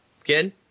again